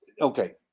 okay